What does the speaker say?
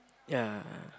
ya